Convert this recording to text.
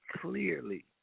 clearly